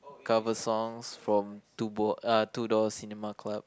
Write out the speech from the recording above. cover songs from two bo~ uh Two Door Cinema Club